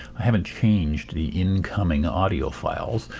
i haven't changed the incoming audio files.